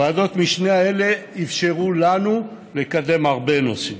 ועדות המשנה האלה אפשרו לנו לקדם הרבה נושאים.